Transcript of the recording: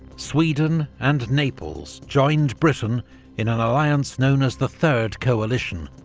sweden, and naples joined britain in an alliance known as the third coalition.